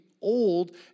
old